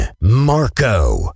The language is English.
Marco